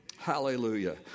Hallelujah